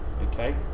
Okay